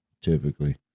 typically